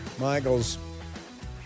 Michael's